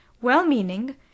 well-meaning